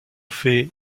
fait